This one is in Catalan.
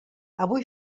avui